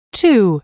two